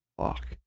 fuck